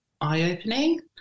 eye-opening